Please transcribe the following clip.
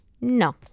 no